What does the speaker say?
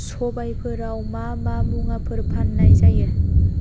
सबायफोराव मा मा मुवाफोर फाननाय जायो